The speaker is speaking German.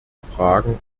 fragen